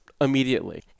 immediately